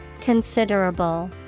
Considerable